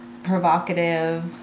provocative